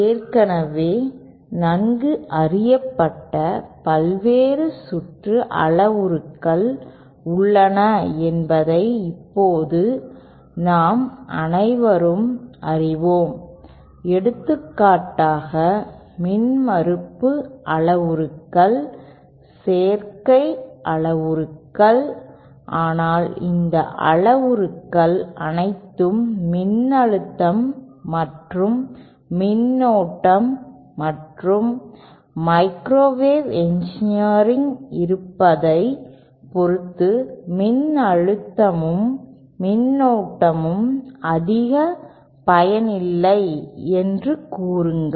ஏற்கனவே நன்கு அறியப்பட்ட பல்வேறு சுற்று அளவுருக்கள் உள்ளன என்பதை இப்போது நாம் அனைவரும் அறிவோம் எடுத்துக்காட்டாக மின்மறுப்பு அளவுருக்கள் சேர்க்கை அளவுருக்கள் ஆனால் இந்த அளவுருக்கள் அனைத்தும் மின்னழுத்தம் மற்றும் மின்னோட்டம் மற்றும் மைக்ரோவேவ் இன்ஜினியரிங் இருப்பதைப் பொறுத்தது மின்னழுத்தமும் மின்னோட்டமும் அதிக பயன் இல்லை என்று கூறுங்கள்